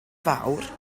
fawr